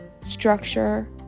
structure